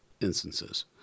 instances